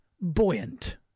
buoyant